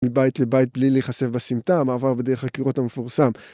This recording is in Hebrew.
מבית לבית בלי להיחשף בסמטה המעבר בדרך הקירות המפורסם.